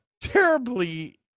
terribly